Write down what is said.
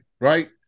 right